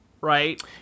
right